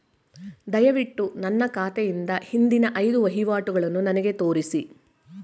ದಯವಿಟ್ಟು ನನ್ನ ಖಾತೆಯಿಂದ ಹಿಂದಿನ ಐದು ವಹಿವಾಟುಗಳನ್ನು ನನಗೆ ತೋರಿಸಿ